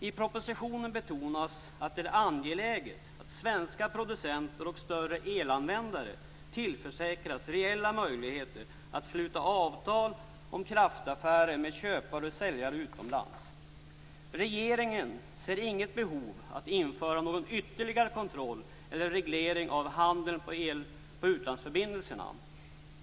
I propositionen betonas att det är angeläget att svenska producenter och större elanvändare tillförsäkras reella möjligheter att sluta avtal om kraftaffärer med köpare och säljare utomlands. Regeringen ser inget behov av att införa någon ytterligare kontroll eller reglering av handeln med el vad gäller utlandsförbindelserna.